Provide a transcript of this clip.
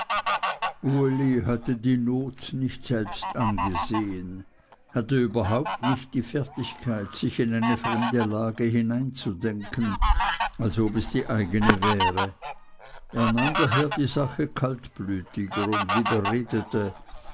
uli hatte die not nicht selbst angesehen hatte überhaupt nicht die fertigkeit sich in eine fremde lage hineinzudenken als ob es die eigene wäre er nahm daher die sache kaltblütiger und